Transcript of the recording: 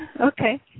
Okay